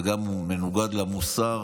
וגם מנוגד למוסר